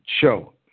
show